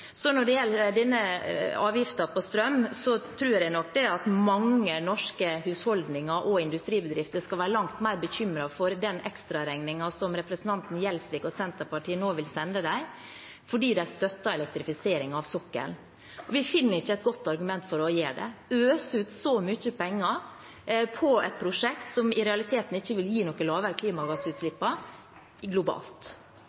Når det gjelder denne avgiften på strøm, tror jeg nok at mange norske husholdninger og industribedrifter skal være langt mer bekymret for den ekstraregningen som representanten Gjelsvik og Senterpartiet nå vil sende dem, fordi de støtter elektrifisering av sokkelen. Vi finner ikke et godt argument for å gjøre det – øse ut så mye penger på et prosjekt som i realiteten ikke vil gi noe lavere